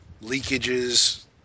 leakages